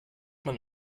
man